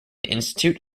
institute